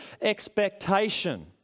expectation